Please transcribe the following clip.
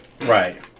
Right